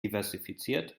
diversifiziert